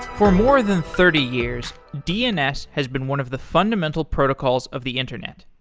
for more than thirty years, dns has been one of the fundamental protocols of the internet.